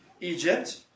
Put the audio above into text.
Egypt